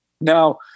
Now